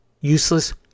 Useless